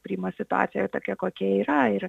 priima situaciją tokia kokia yra ir